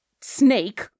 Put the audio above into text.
snake